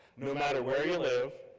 no matter where you live,